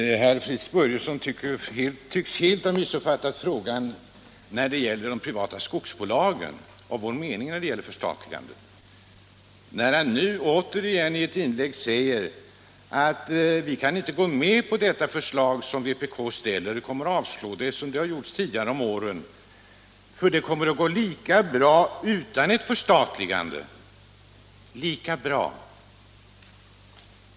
Herr talman! Fritz Börjesson tycks helt ha missuppfattat frågan om de privata skogsbolagen och vår mening om ett förstatligande. Återigen säger han att vi inte kan gå med på vpk:s förslag. Det kommer liksom under tidigare år att avslås, därför att det går lika bra utan ett förstatligande, sade han. Lika bra?